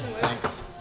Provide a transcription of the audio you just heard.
Thanks